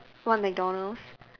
what McDonald's